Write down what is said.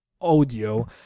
audio